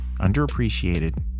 underappreciated